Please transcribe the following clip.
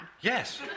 Yes